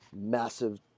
massive